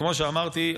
כמו שאמרתי,